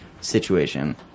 situation